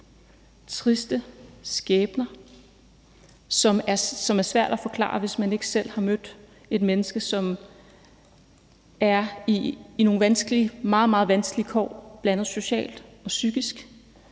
triste skæbner, som det er svært at beskrive, hvis man ikke selv har mødt et menneske, som er i nogle meget, meget vanskelige kår, bl.a. socialt og psykisk;